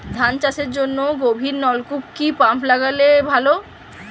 ধান চাষের জন্য গভিরনলকুপ কি পাম্প লাগালে ভালো?